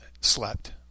slept